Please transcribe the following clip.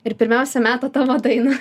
ir pirmiausia meta tavo dainą